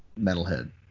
Metalhead